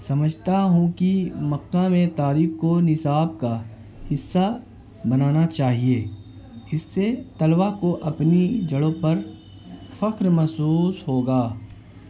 سمجھتا ہوں کہ مکہ میں تاریخ کو نصاب کا حصہ بنانا چاہیے اس سے طلبا کو اپنی جڑوں پر فخر محسوس ہوگا